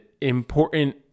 important